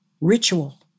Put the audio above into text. ritual